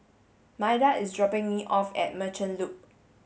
Maida is dropping me off at Merchant Loop